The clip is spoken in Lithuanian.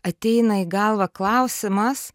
ateina į galvą klausimas